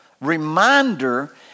reminder